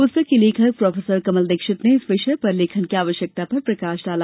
पुस्तक के लेखक प्रोफेसर कमल दीक्षित ने इस विषय पर लेखन की आवश्यकता पर प्रकाश डाला